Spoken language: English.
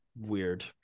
Weird